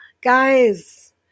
guys